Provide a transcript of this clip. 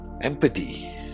Empathy